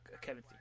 Kevin